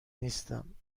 نیستم